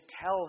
tell